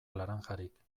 laranjarik